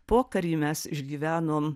pokarį mes išgyvenom